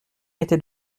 était